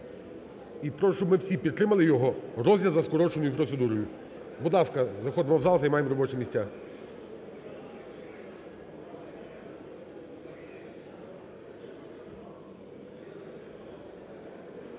і прошу, щоб ми всі підтримали його розгляд за скороченою процедурою. Будь ласка, заходимо в зал, займаємо робочі місця.